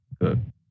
Good